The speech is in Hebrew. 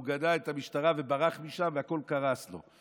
הוא גדע את המשטרה וברח משם והכול קרס לו.